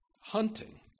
hunting